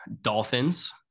Dolphins